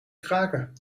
kraken